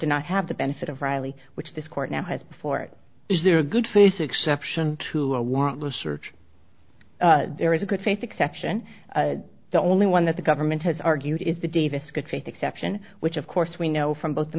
did not have the benefit of riley which this court now has before it is there a good face exception to a want a search there is a good faith exception the only one that the government has argued is the davis good faith exception which of course we know from both the